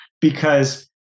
because-